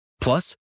Plus